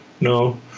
no